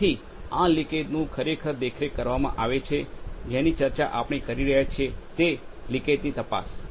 જેથી આ ચુવાણનું ખરેખર દેખરેખ કરવામાં આવે છે જેની ચર્ચા આપણે કરી રહ્યા છીએ તે લિકેજની તપાસ